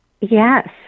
Yes